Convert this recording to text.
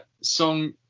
song